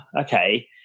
okay